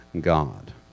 God